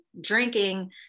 drinking